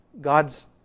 God's